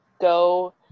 go